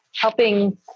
helping